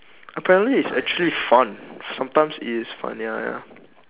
apparently it's actually fun sometimes it is fun ya ya